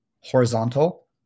horizontal